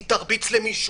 היא תרביץ למישהו?